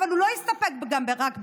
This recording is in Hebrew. אבל הוא לא הסתפק רק בזה,